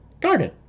Garden